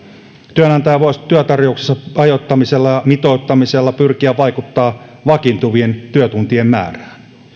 työnantaja voisi työtarjouksiensa ajoittamisella ja mitoittamisella pyrkiä vaikuttamaan vakiintuvien työtuntien määrään